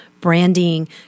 branding